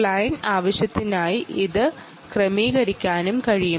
client ആവശ്യത്തിനായി ഇത് ക്രമീകരിക്കാനും കഴിയും